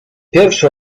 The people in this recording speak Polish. pierwszy